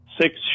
six